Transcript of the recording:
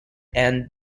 and